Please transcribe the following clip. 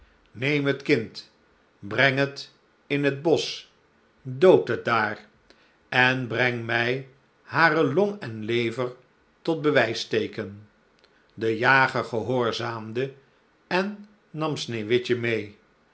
neem het kind breng het in het bosch dood het daar en breng mij hare long en lever tot bewijsteeken de jager gehoorzaamde en nam sneeuwwitje meê